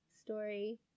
story